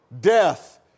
death